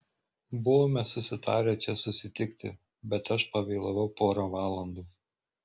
buvome susitarę čia susitikti bet aš pavėlavau pora valandų